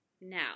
now